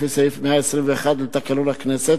לפי סעיף 121 לתקנון הכנסת,